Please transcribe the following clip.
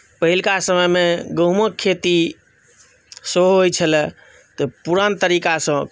पहिलुका समयमे गहूँमक खेती सेहो होइत छलए तऽ पुरान तरीकासँ